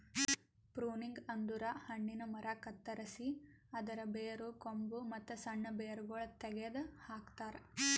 pruning ಅಂದುರ್ ಹಣ್ಣಿನ ಮರ ಕತ್ತರಸಿ ಅದರ್ ಬೇರು, ಕೊಂಬು, ಮತ್ತ್ ಸಣ್ಣ ಬೇರಗೊಳ್ ತೆಗೆದ ಹಾಕ್ತಾರ್